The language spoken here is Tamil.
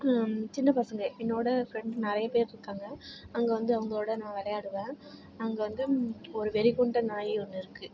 சின்ன பசங்கள் என்னோட ஃப்ரெண்டு நிறைய பேர் இருக்காங்கள் அங்கே வந்து அவங்களோட நான் விளையாடுவேன் அங்கே வந்து ஒரு வெறிக் கொண்ட நாய் ஒன்று இருக்குது